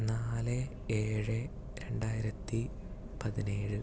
നാല് ഏഴ് രണ്ടായിരത്തി പതിനേഴ്